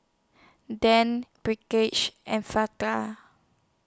Dean and